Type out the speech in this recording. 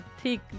thick